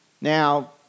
Now